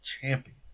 champion